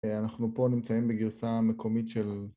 אנחנו פה נמצאים בגרסה המקומית של...